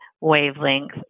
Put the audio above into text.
wavelength